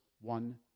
one